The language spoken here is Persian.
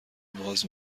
باز